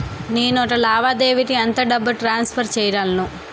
నేను ఒక లావాదేవీకి ఎంత డబ్బు ట్రాన్సఫర్ చేయగలను?